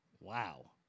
Wow